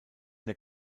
der